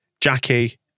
Jackie